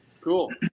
Cool